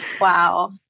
Wow